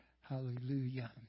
Hallelujah